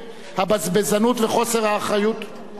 הבזבזנות וחוסר האחריות, או, סליחה.